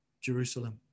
Jerusalem